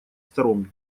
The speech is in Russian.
сторон